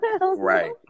Right